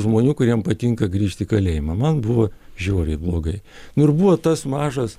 žmonių kuriem patinka grįžti į kalėjimą man buvo žiauriai blogai ir buvo tas mažas